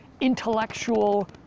intellectual